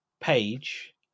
page